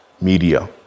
media